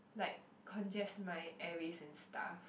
like congest my airways and stuff